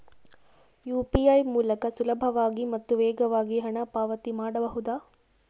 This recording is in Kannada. ಯು.ಪಿ.ಐ ಮೂಲಕ ಸುಲಭವಾಗಿ ಮತ್ತು ವೇಗವಾಗಿ ಹಣ ಪಾವತಿ ಮಾಡಬಹುದಾ?